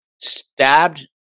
Stabbed